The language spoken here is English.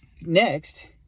Next